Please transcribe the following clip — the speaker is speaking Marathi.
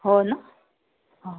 हो ना हां